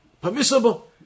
permissible